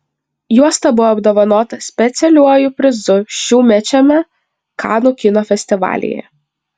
juosta buvo apdovanota specialiuoju prizu šiųmečiame kanų kino festivalyje